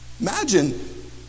Imagine